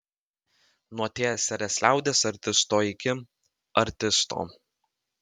nuo tsrs liaudies artisto iki artisto